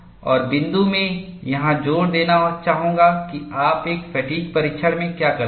और बिंदु मैं यहां जोर देना चाहूंगा कि आप एक फ़ैटिग् परीक्षण में क्या करते हैं